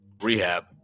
rehab